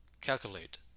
Calculate